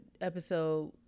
episode